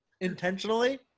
Intentionally